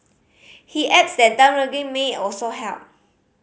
he adds that may also help